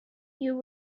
you